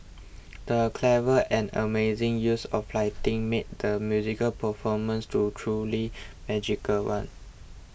the clever and amazing use of lighting made the musical performance to truly magical one